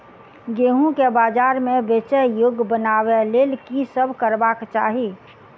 गेंहूँ केँ बजार मे बेचै योग्य बनाबय लेल की सब करबाक चाहि?